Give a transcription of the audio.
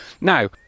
now